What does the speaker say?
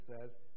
says